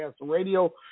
Radio